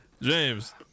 James